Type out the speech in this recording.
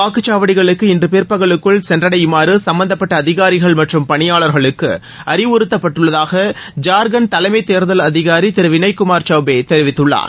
வாக்குச்சாவடிகளுக்கு இன்று பிற்பகலுக்குள் சென்றடையுமாறு சும்பந்தப்பட்ட அதிகாரிகள் மற்றம் பணியாளர்களுக்கு அறிவுறத்தப்பட்டுள்ளதாக ஜார்கண்ட் தலைமைத் தேர்தல் அதிகாரி திரு வினய் குமார் சௌபே தெரிவித்துள்ளார்